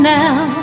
now